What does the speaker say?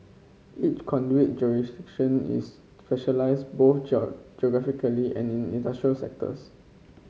each conduit is specialised both geographically and in industrial sectors